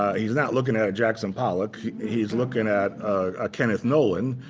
ah he's not looking at a jackson pollock. he's looking at ah kenneth nolan,